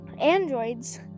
Androids